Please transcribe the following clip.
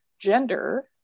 Gender